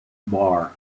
bar